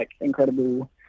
incredible